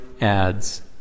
adds